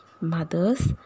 Mothers